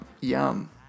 Yum